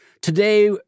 today